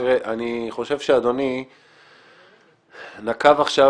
אני חושב שאדוני נקב עכשיו,